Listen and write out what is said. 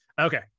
okay